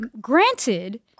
Granted